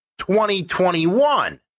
2021